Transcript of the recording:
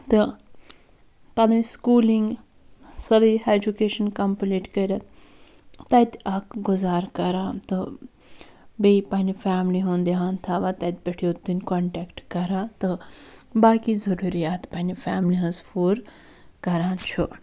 تہٕ پَنٕنۍ سکوٗلِنٛگ سٲرٕے ایٚجوٗکیشَن کَمپٔلیٖٹ کٔرِتھ تَتہِ اکھ گُزارٕ کران تہٕ بیٚیہِ پَنٕنہِ فیملی ہُنٛد دیٛان تھاوان تَتہِ پیٚٹھ یوٚت تِم کوانٹیکٹ کران تہٕ باقٕے ضروٗریات پَنٕنہِ فیملی ہٕنٛز پوٗرٕ کران چھُ